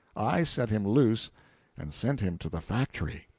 i set him loose and sent him to the factory.